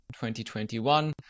2021